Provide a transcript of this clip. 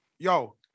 Yo